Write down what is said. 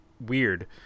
weird